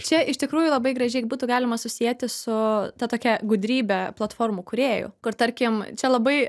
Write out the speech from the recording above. čia iš tikrųjų labai gražiai būtų galima susieti su ta tokia gudrybe platformų kūrėju kur tarkim čia labai